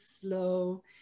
slow